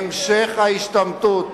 המשך ההשתמטות.